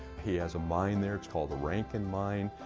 he has a mine there, it's called the rankin mine.